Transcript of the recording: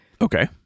Okay